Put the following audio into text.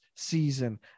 season